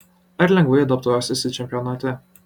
ar lengvai adaptuosiesi čempionate